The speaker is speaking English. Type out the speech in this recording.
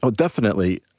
so definitely.